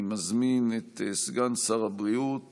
אני מזמין את סגן שר הבריאות